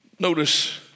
Notice